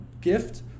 gift